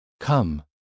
Come